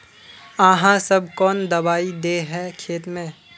आहाँ सब कौन दबाइ दे है खेत में?